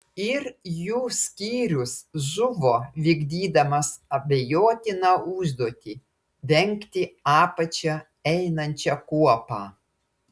ir jų skyrius žuvo vykdydamas abejotiną užduotį dengti apačia einančią kuopą